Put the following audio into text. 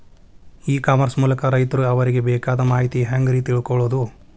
E commerce ಮೂಲಕ ರೈತರು ಅವರಿಗೆ ಬೇಕಾದ ಮಾಹಿತಿ ಹ್ಯಾಂಗ ರೇ ತಿಳ್ಕೊಳೋದು?